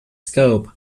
scope